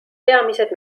peamised